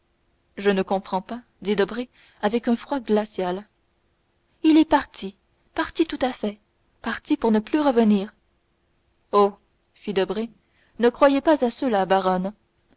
je ne comprends pas dit debray avec un froid glacial il est parti parti tout à fait parti pour ne plus revenir oh fit debray ne croyez pas cela baronne